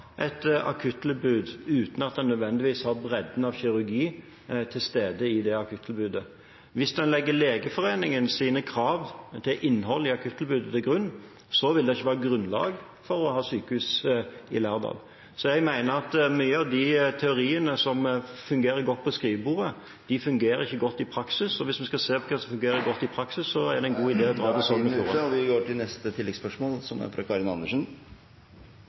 et akuttilbud uten at en nødvendigvis har bredden av kirurgi til stede i det akuttilbudet. Hvis man legger Legeforeningens krav til innhold i akuttilbudet til grunn, vil det ikke være grunnlag for å ha sykehus i Lærdal. Jeg mener at mye av de teoriene som fungerer godt på skrivebordet, fungerer ikke godt i praksis. Hvis en skal se på hva som fungerer godt i praksis, er det en god idé å … Karin Andersen – til oppfølgingsspørsmål. «Flere skadde vil dø med økt reisetid.» Det er ikke mine ord, men det er konklusjonen fra